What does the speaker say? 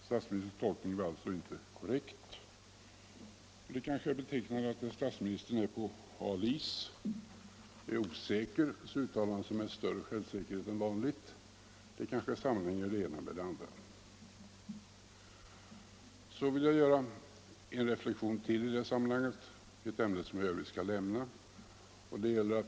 Statsministerns tolkning var alltså inte korrekt. Det kanske är betecknande att när statsministern är ute på hal is, är osäker, så uttalar han sig med större självsäkerhet än vanligt. Det ena kanske sammanhänger med det andra. Så vill jag göra en reflexion till i detta sammanhang — alltså i ett ämne som jag i övrigt skall lämna.